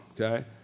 okay